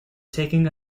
taking